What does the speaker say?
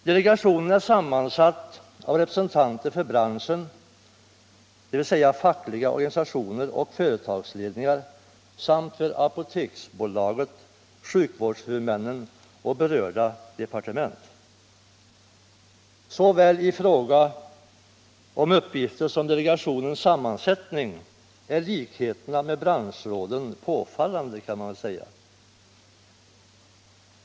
Delegationen är sammansatt av representanter för branschen, dvs. fackliga organisationer och företagsledningar, samt för Apoteksbolaget, sjukvårdshuvudmännen och berörda departement. I fråga om såväl uppgifter som sammansättning är likheterna med branschråden påfallande, kan man säga.